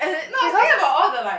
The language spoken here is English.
no I was staying about all the like